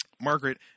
Margaret